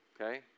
okay